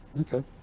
Okay